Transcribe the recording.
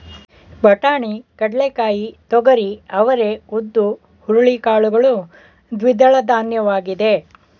ಬಟಾಣಿ, ಕಡ್ಲೆಕಾಯಿ, ತೊಗರಿ, ಅವರೇ, ಉದ್ದು, ಹುರುಳಿ ಕಾಳುಗಳು ದ್ವಿದಳಧಾನ್ಯವಾಗಿದೆ